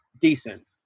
decent